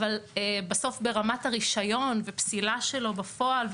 אבל ברמת הרישיון ופסילה שלו בפועל,